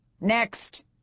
Next